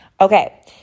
Okay